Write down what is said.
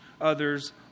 others